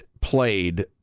played